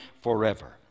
forever